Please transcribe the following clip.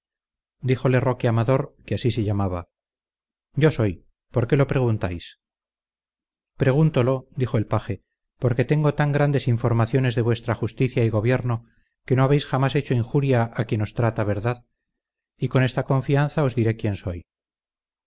díjole roque amador que así se llamaba yo soy por qué lo preguntáis pregúntolo dijo el paje porque tengo tan grandes informaciones de vuestra justicia y gobierno que no habéis jamás hecho injuria a quien os trata verdad y con esta confianza os diré quién soy